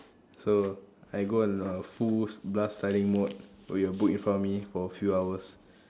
so I go in a full blast studying mode with a book in front of me for a few hours